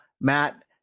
Matt